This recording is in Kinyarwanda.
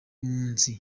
munsi